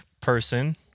person